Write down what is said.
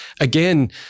again